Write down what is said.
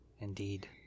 Indeed